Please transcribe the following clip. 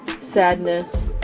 sadness